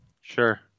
Sure